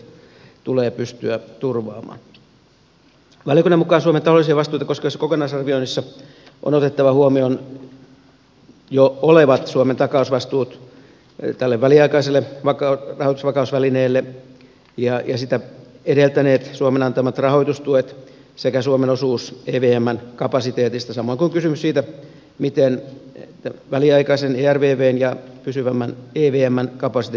valiokunnan mukaan suomen taloudellisia vastuita koskevassa kokonaisarvioinnissa on otettava huomioon jo olevat suomen takausvastuut tälle väliaikaiselle rahoitusvakausvälineelle ja sitä edeltäneet suomen antamat rahoitustuet sekä suomen osuus evmn kapasiteetista samoin kuin kysymys siitä miten väliaikaisen ervvn ja pysyvämmän evmn kapasiteetit yhteensovitetaan